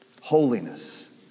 Holiness